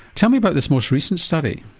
tell me about this most recent study.